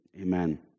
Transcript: Amen